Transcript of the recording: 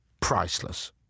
Priceless